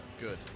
Good